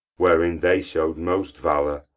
wherein they show'd most valour,